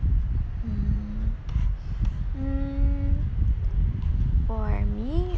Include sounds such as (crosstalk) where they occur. um (breath) mm for me